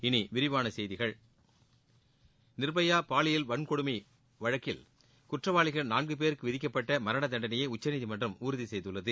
இனி விரிவான செய்திகள் நிர்பயா பாலியல் வன்கொடுமை வழக்கில் குற்றவாளிகள் நான்கு பேருக்கு விதிக்கப்பட்ட மரண தண்டனையை உச்சநீதிமன்றம் உறுதி செய்துள்ளது